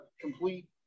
complete